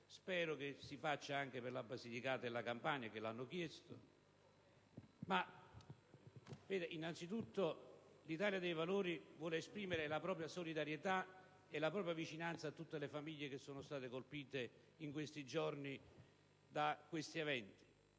Spero lo si faccia anche per la Basilicata e la Campania, che l'hanno chiesto. L'Italia dei Valori vuole innanzitutto esprimere la propria solidarietà e la propria vicinanza a tutte le famiglie che sono state colpite in questi giorni da questi eventi.